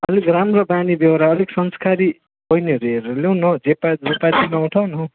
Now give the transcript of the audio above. अलिक राम्रो बानीव्यहोरा अलिक संस्कारी बैनीहरू हेरेर ल्याऊ न हौ जे पायो जो पायो त्यही नउठाऊ न हौ